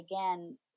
again